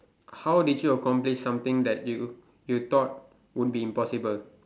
how did you accomplish something that you you thought would be impossible